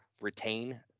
retain